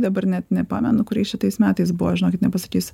dabar net nepamenu kuriais čia tais metais buvo žinokit nepasakysiu